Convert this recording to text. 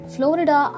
Florida